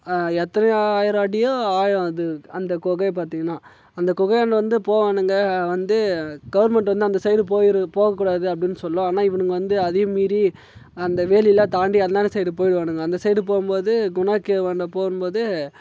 எத்தனையோ ஆயிரம் அடியோ ஆழம் அது அந்த கொகை பார்த்திங்கன்னா அந்த குகையாண்ட வந்து போவானுங்க வந்து கவர்மெண்ட்டு வந்து அந்த சைடு போயிரு போகக்கூடாது அப்படின்னு சொல்லும் ஆனால் இவனுங்க வந்து அதையும் மீறி அந்த வேலி எல்லாம் தாண்டி அந்தாண்ட சைடு போயிடுவானுங்க அந்த சைடு போகும்போது குணா கேவாண்ட போகும்போது